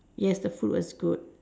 yes the food was good